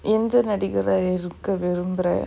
எந்த நடிகரா இருக்க விரும்புற:entha nadikaraa irukka virumbura